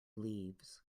leaves